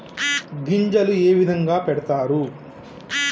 గింజలు ఏ విధంగా పెడతారు?